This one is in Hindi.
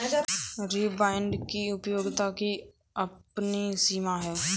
रीपर बाइन्डर की उपयोगिता की अपनी सीमा है